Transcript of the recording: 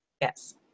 Yes